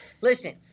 Listen